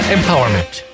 Empowerment